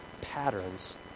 patterns